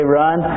run